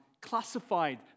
classified